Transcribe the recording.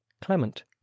Clement